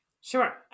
Sure